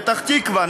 פתח-תקווה,